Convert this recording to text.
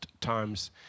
times